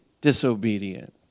disobedient